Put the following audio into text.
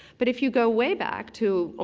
but if you go way back to, ah